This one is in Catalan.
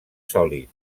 sòlid